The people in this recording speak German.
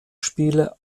spiele